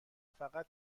فقط